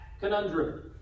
conundrum